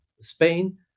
Spain